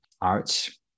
arts